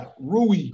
Rui